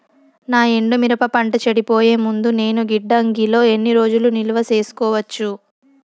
నా ఎండు మిరప పంట చెడిపోయే ముందు నేను గిడ్డంగి లో ఎన్ని రోజులు నిలువ సేసుకోవచ్చు?